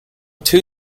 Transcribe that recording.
two